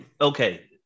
okay